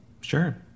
Sure